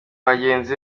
bagenzi